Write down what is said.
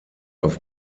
auf